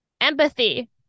Empathy